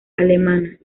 alemana